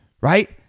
Right